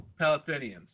Palestinians